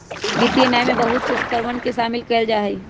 वित्तीय न्याय में बहुत से शर्तवन के शामिल कइल जाहई